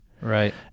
right